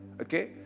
okay